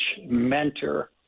mentor